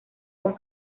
con